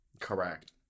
correct